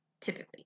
typically